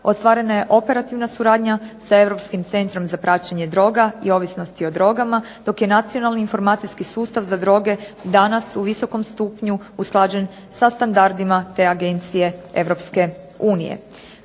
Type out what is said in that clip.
ostvarena je operativna suradnja sa Europskim centrom za praćenje droga i ovisnosti o drogama, dok je Nacionalni informacijski sustav za droge danas u visokom stupnju usklađen sa standardima te agencije EU.